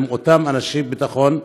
עם אותם אנשי ביטחון,